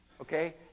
okay